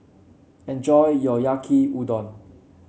enjoy your Yaki Udon